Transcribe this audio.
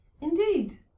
Indeed